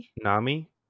Nami